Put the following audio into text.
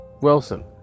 Wilson